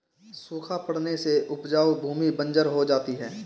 सूखा पड़ने से उपजाऊ भूमि बंजर हो जाती है